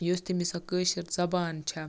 یۄس تٔمِس سۄ کٲشِر زَبان چھِ